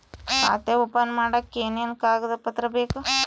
ಖಾತೆ ಓಪನ್ ಮಾಡಕ್ಕೆ ಏನೇನು ಕಾಗದ ಪತ್ರ ಬೇಕು?